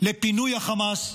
לפינוי החמאס,